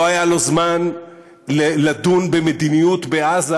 לא היה לו זמן לדון במדיניות בעזה,